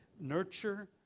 nurture